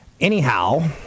Anyhow